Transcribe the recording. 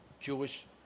Jewish